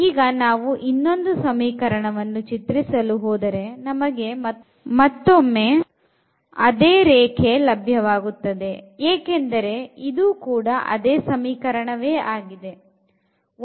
ಈಗ ನಾವು ಇನ್ನೊಂದು ಸಮೀಕರಣವನ್ನು ಚಿತ್ರಿಸಲು ಹೋದರೆ ನಮಗೆ ಮತ್ತೊಮ್ಮೆ ಅದೇ ರೇಖೆ ಲಭ್ಯವಾಗುತ್ತದೆ ಏಕೆಂದರೆ ಇದು ಕೂಡ ಅದೇ ಸಮೀಕರಣವೇ ಆಗಿದೆ